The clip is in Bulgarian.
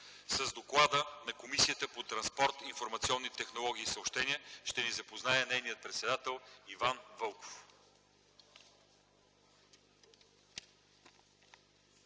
С доклада на Комисията по транспорт, информационни технологии и съобщения ще ни запознае нейният председател Иван Вълков.